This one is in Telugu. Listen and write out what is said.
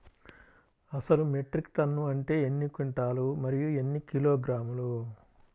అసలు మెట్రిక్ టన్ను అంటే ఎన్ని క్వింటాలు మరియు ఎన్ని కిలోగ్రాములు?